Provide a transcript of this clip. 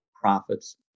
profits